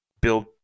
build